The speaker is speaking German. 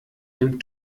dem